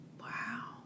Wow